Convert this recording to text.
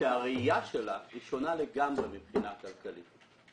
שהראייה שלו היא שונה לגמרי מבחינה כלכלית.